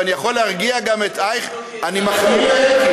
ואני יכול להרגיע גם את אייכלר, אני מחמיא לך.